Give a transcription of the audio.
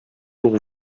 pour